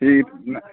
भी